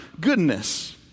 goodness